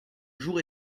jour